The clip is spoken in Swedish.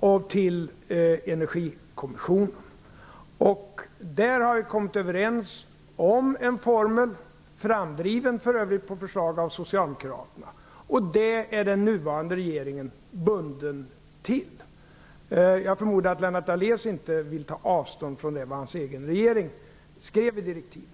skrivits till Energikommissionen. Det har skett en överenskommelse om formuleringen - för övrigt framdriven av Socialdemokraterna. Den nuvarande regeringen är bunden av detta. Jag förmodar att Lennart Daléus inte vill ta avstånd från det hans egen regering skrev i direktiven.